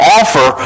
offer